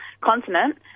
continent